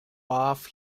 bath